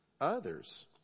others